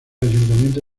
ayuntamiento